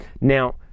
now